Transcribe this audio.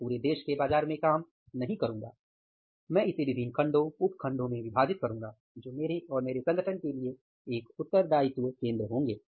मैं पूरे देश के बाजार में काम शुरू नहीं करूंगा मैं इसे विभिन्न खंडों उप खंडों में विभाजित करूंगा जो मेरे और मेरे संगठन के लिए एक उत्तरदायित्व केंद्र होंगे